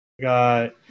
got